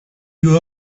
you